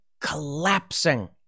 collapsing